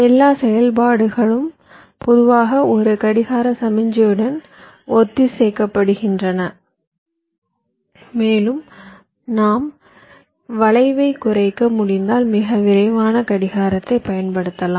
எல்லா செயல்பாடுகளும் பொதுவாக ஒரு கடிகார சமிக்ஞையுடன் ஒத்திசைக்கப்படுகின்றன மேலும் நாம் வளைவைக் குறைக்க முடிந்தால் மிக விரைவான கடிகாரத்தைப் பயன்படுத்தலாம்